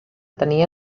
tenir